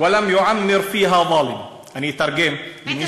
ולא ישגשג בה עריץ.) אני אתרגם.